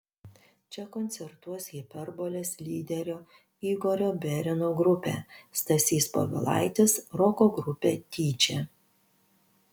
čia koncertuos hiperbolės lyderio igorio berino grupė stasys povilaitis roko grupė tyčia